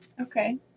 Okay